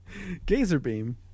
Gazerbeam